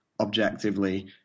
objectively